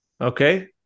Okay